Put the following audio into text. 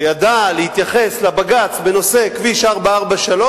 שידע להתייחס לבג"ץ בנושא כביש 443,